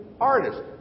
artist